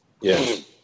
Yes